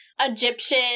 Egyptian